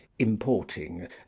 importing